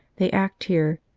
they act here,